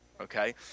Okay